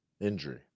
Injury